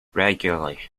regularly